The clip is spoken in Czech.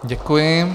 Děkuji.